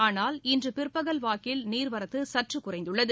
ஆனால் இன்றுபிற்பகல் வாக்கில் நீர்வரத்துசற்றுகுறைந்துள்ளது